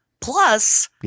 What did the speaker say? plus